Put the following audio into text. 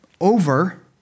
over